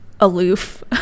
aloof